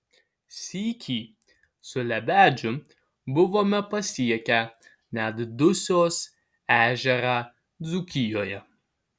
sykį su lebedžiu buvome pasiekę net dusios ežerą dzūkijoje